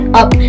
up